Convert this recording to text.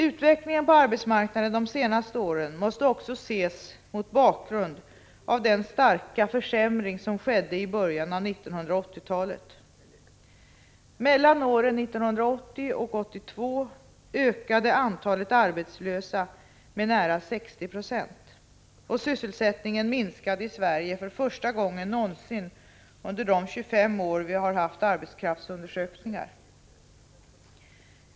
Utvecklingen på arbetsmarknaden de senaste åren måste också ses mot bakgrund av den starka försämring som skedde i början av 1980-talet. Mellan åren 1980 och 1982 ökade antalet arbetslösa med nära 60 90. Och sysselsättningen minskade i Sverige för första gången någonsin under de 25 år vi har haft arbetskraftsundersökningar.